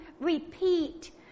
repeat